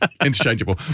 interchangeable